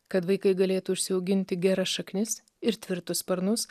kad vaikai galėtų užsiauginti geras šaknis ir tvirtus sparnus